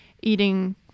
eating